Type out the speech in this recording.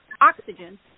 oxygen